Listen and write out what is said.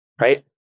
Right